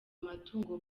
amatungo